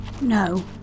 No